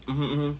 mmhmm mmhmm